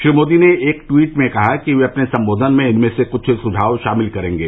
श्री मोदी ने एक ट्वीट में कहा कि वे अपने संबोधन में इनमें से कृष्ठ सुझाव शामिल करेंगे